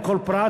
על כל פרט,